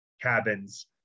cabins